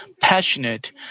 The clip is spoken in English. passionate